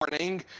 morning